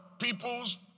people's